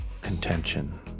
contention